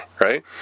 Right